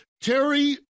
Terry